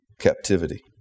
captivity